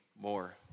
more